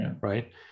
Right